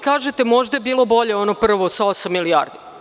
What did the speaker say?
Kažete da je možda bilo bolje ono prvo sa osam milijardi.